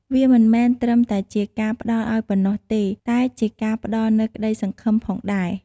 វាមិនមែនត្រឹមតែជាការផ្ដល់ឱ្យប៉ុណ្ណោះទេ តែជាការផ្ដល់នូវក្តីសង្ឃឹមផងដែរ។